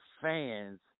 fans